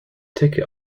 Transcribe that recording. ticket